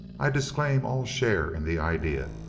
i disclaim all share in the idea.